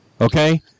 okay